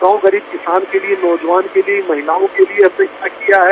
गांव गरीब किसान के लिए नौजवान के लिए महिलाओं के लिए हमने क्या किया है